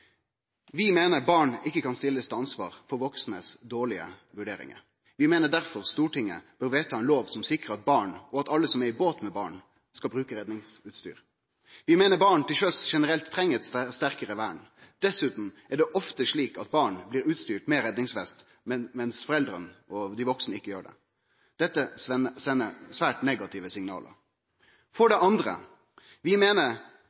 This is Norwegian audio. Vi meiner barn ikkje kan stillast til ansvar for dei dårelege vurderingane hos dei vaksne. Vi meiner difor at Stortinget bør vedta ein lov som sikrar at barn – og alle som er i ein båt med barn – skal bruke redningsutstyr. Vi meiner barn til sjøs generelt treng eit sterkare vern. Dessutan er det ofte slik at barn blir ustyrte med redningsvest, mens foreldra og dei vaksne ikkje gjer det. Dette sender svært negative signal. For det andre: Vi meiner